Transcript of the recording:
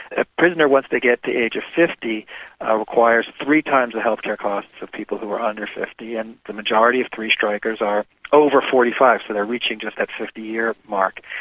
a prisoner, once they get to age of fifty ah requires three times the health care costs of people who are under fifty and the majority of three strikers are over forty five, so they're reaching just that fifty year mark,